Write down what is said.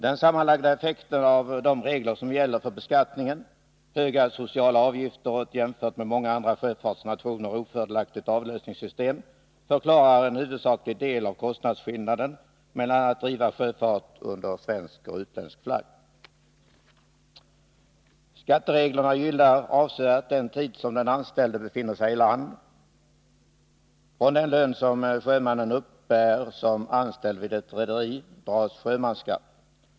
Den sammanlagda effekten av de regler som gäller för beskattning, höga sociala avgifter och ett i jämförelse med andra sjöfartsnationer ofördelaktigt avlösningssystem förklarar en huvudsaklig del av kostnadsskillnaden mellan att driva sjöfart under svensk och utländsk flagg. Skattereglerna gynnar avsevärt den tid som den ombordanställde befinner sig iland. På den lön som sjömannen uppbär som anställd vid ett rederi dras sjömansskatt.